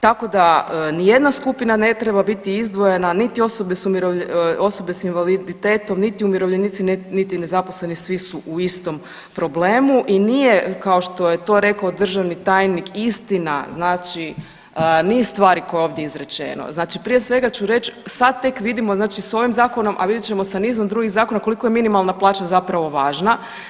Tako da nijedna skupina ne treba biti izdvojena niti osobe s invaliditetom niti umirovljenici niti nezaposleni, svi su u istom problemu i nije, kao što je to rekao državni tajnik, istina, znači niz stvari koje je ovdje izrečeno, znači prije svega ću reći, sad tek vidimo znači s ovim Zakonom, a vidjet ćemo sa nizom drugih zakona koliko je minimalna plaća zapravo važna.